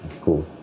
Cool